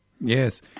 Yes